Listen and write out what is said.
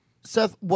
Seth